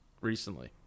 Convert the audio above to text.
recently